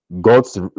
god's